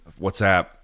WhatsApp